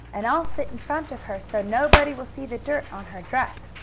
and i'll sit in front of her, so nobody will see the dirt on her dress,